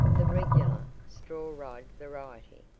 the regular straw-ride variety.